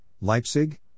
Leipzig